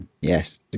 Yes